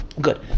good